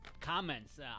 comments